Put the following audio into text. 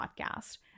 podcast